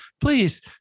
please